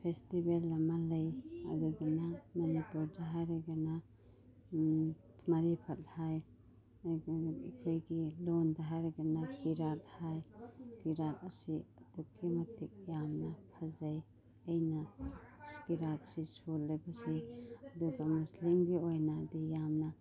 festival ꯑꯃ ꯂꯩ ꯑꯗꯨꯗꯨꯅ ꯃꯅꯤꯄꯨꯔꯗ ꯍꯥꯏꯔꯒꯅ ꯃꯔꯤꯐꯠ ꯍꯥꯏ ꯑꯩꯈꯣꯏꯒꯤ ꯂꯣꯟꯗ ꯍꯥꯏꯔꯒꯅ ꯆꯤꯔꯥꯠ ꯍꯥꯏ ꯆꯤꯔꯥꯠ ꯑꯁꯤ ꯑꯗꯨꯛꯀꯤ ꯃꯇꯤꯛ ꯌꯥꯝꯅ ꯐꯖꯩ ꯑꯩꯅ ꯆꯤꯔꯥꯠꯁꯤ ꯁꯣꯜꯂꯨꯕꯁꯤ ꯑꯗꯨꯒ ꯃꯨꯁꯂꯤꯝꯒꯤ ꯑꯣꯏꯅꯗꯤ ꯌꯥꯝꯅ